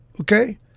Okay